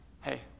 Hey